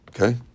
Okay